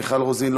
מיכל רוזין,